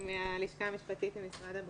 מי ממשרד החינוך רוצה להתחיל?